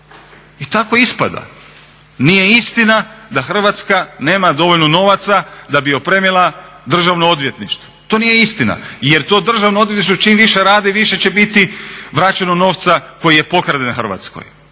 I tako ispada. Nije istina da Hrvatska nema dovoljno novaca da bi opremila Državno odvjetništvo, to nije istina jer to Državno odvjetništvo čim više radi više će biti vraćeno novca koji je pokraden Hrvatskoj,